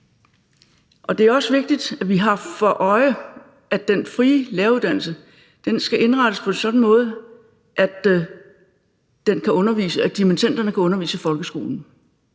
Det er også vigtigt, at vi har for øje, at den frie læreruddannelse skal indrettes på en sådan måde, at dimittenderne kan undervise i folkeskolen.